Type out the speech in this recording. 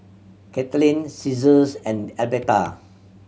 Katlynn Caesar's and Elberta